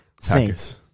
Saints